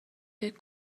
فکر